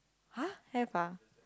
!huh! have ah